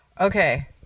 okay